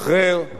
כממשלה,